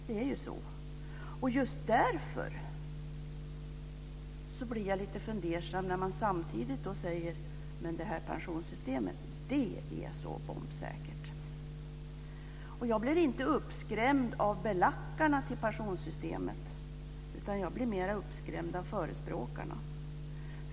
Det är ju så, och just därför blir jag lite fundersam när man samtidigt säger att pensionssystemet är så bombsäkert. Jag blev inte uppskrämd av pensionssystemets belackare utan mer av dess förespråkare.